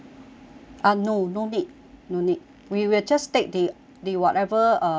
uh no no need no need we will just take the the whatever uh yours